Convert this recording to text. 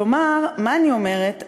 כלומר, מה אני אומרת?